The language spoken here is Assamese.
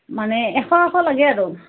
মানে এশ এশ লাগে আৰু